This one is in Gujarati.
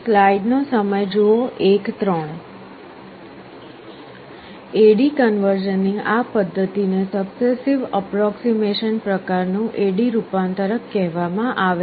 AD કન્વર્ઝનની આ પદ્ધતિને સક્સેસિવ અપ્રોક્સીમેશન પ્રકાર નું AD રૂપાંતરક કહેવામાં આવે છે